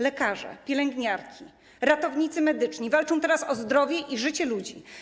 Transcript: Lekarze, pielęgniarki, ratownicy medyczni walczą teraz o zdrowie i o życie ludzi.